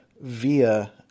via